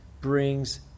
brings